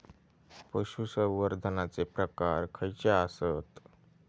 पशुसंवर्धनाचे प्रकार खयचे आसत?